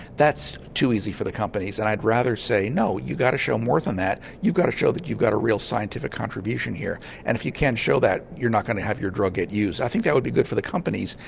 that's too easy for the companies and i'd rather say no, you've got to show more than that, you've got to show that you've got a real scientific contribution here. and if you can't show that you're not going to have your drug get used. i think that would be good for the companies,